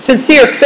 Sincere